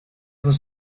was